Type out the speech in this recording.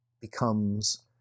becomes